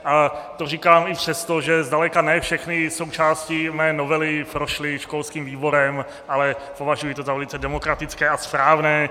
A to říkám i přesto, že zdaleka ne všechny součásti mé novely prošly školským výborem, ale považuji to za velice demokratické a správné.